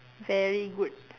very good